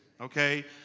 Okay